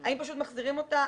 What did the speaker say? האם פשוט מחזירים אותה?